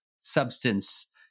substance